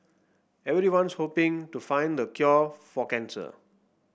everyone's hoping to find the cure for cancer